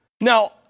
Now